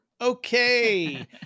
Okay